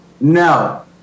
No